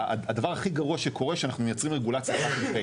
הדבר הכי גרוע שקורה שאנחנו מייצרים רגולציה cut and paste